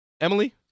Emily